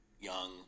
young